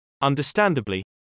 understandably